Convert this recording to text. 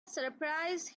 surprised